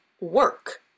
work